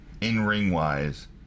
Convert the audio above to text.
in-ring-wise